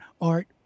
art